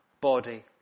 body